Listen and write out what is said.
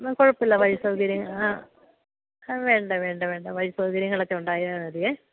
കുഴപ്പമില്ല വഴി സൗകര്യം ആ വേണ്ട വേണ്ട വേണ്ട വഴി സൗകര്യങ്ങളൊക്കെ ഉണ്ടായാൽ മതിയേ